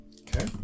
Okay